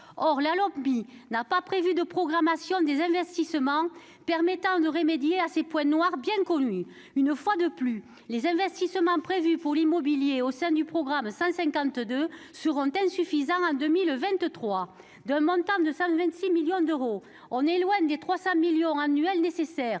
ne prévoit pas de programmation des investissements permettant de remédier à ces points noirs bien connus. Une fois de plus, les investissements prévus pour l'immobilier au sein du programme 152 seront insuffisants en 2023. Avec un montant de 126 millions d'euros, on est loin des 300 millions annuels nécessaires.